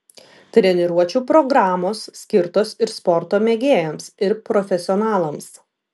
treniruočių programos skirtos ir sporto mėgėjams ir profesionalams